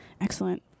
Excellent